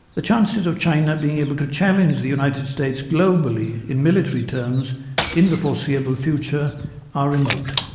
the chances of china being able to challenge the united states globally in military terms in the foreseeable future are remote.